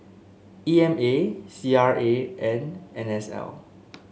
E M A C R A and N S L